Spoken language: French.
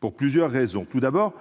pour plusieurs raisons. Tout d'abord,